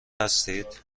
هستید